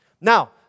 Now